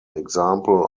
example